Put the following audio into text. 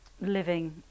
living